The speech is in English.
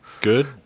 Good